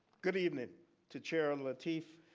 good evening to chairman lateef,